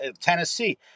Tennessee